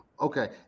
Okay